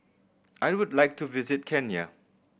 I would like to visit Kenya